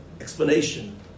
explanation